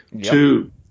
two